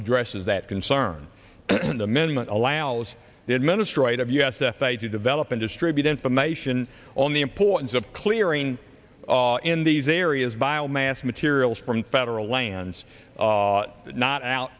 addresses that concern an amendment allows the administrative us to do develop and distribute information on the importance of clearing in these areas biomass materials from federal lands not out